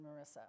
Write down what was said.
Marissa